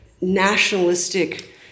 nationalistic